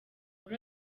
muri